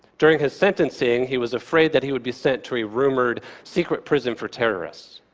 during his sentencing, he was afraid that he would be sent to a rumored secret prison for terrorists.